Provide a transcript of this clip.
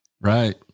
Right